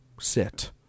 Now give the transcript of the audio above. sit